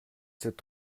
cette